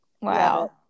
wow